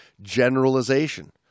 generalization